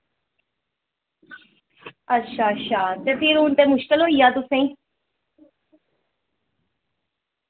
अच्छा अच्छा ते फिर हू'न ते मुश्कल होइया तुसें